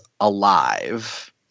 alive